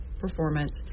performance